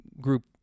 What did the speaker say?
group